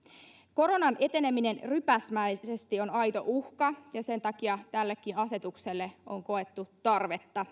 koronan eteneminen rypäsmäisesti on aito uhka ja sen takia tällekin asetukselle sen jatkamiselle on koettu tarvetta